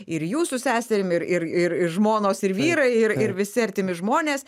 ir jūsų seserim ir ir ir žmonos ir vyrai ir ir visi artimi žmonės